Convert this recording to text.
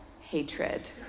hatred